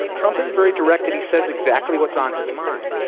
trump is very direct, and he says exactly what's on his mind.